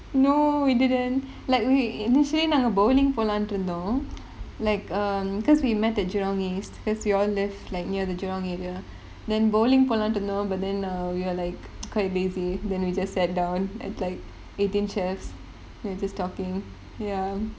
no we didn't like we intially நாங்க:naanga bowling போலான்னு இருந்தோம்:polaannu irunthom like um because we met at jurong east because we all live like near the jurong area then bowling போலான்னு இருந்தோம்:polaannu irunthom but then err we're like quite lazy then we just sat down at like eighteen chefs then we're just talking ya